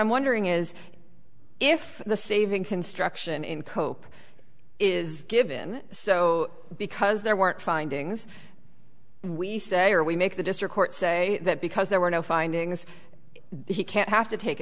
i'm wondering is if the saving construction in cope is given so because there weren't findings we say or we make the district court say that because there were no findings he can't have to take